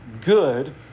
good